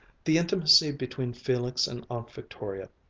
the intimacy between felix and aunt victoria,